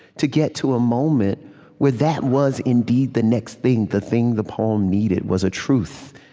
to get to a moment where that was indeed the next thing. the thing the poem needed was a truth.